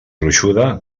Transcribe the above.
gruixuda